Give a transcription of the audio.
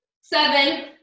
seven